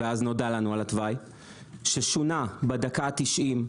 ואז נודע לנו על התוואי ששונה בדקה התשעים,